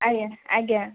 ଆଜ୍ଞା ଆଜ୍ଞା